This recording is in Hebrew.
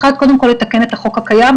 אחד, קודם כל לתקן את החוק הקיים.